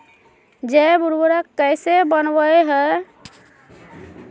जैव उर्वरक कैसे वनवय हैय?